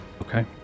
Okay